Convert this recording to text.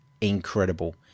incredible